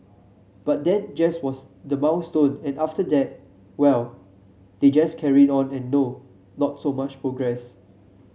but that just was the milestone and after that well they just carry on and no not so much progress